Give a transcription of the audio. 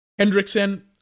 Hendrickson